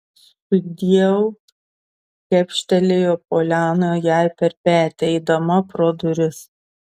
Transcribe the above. sudieu kepštelėjo poliana jai per petį eidama pro duris